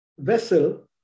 vessel